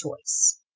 choice